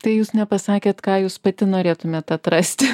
tai jūs nepasakėt ką jūs pati norėtumėt atrasti